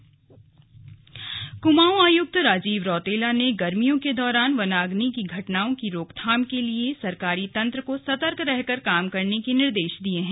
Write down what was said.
कुमाऊं आयुक्त क्माऊं आयुक्त राजीव रौतेला ने गर्मियों के दौरान वनाग्नि की घटनाओं की रोकथाम के लिए सभी सरकारी तंत्र को सतर्क रहकर काम करने के निर्देश दिये हैं